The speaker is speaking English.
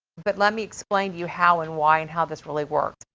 but let me explain you how and why and how this really works.